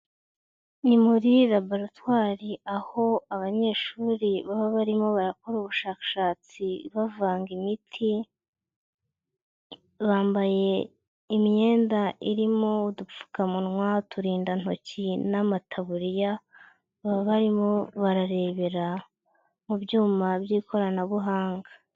Ni muri laboratwari aho abanyeshuri baba barimo bakora ubushakashatsi bavanga imiti, bambaye imyenda irimo udupfukamunwa, uturindantoki n'amataburiya, baba barimo bararebera mu byuma by'ikoranabuhanga.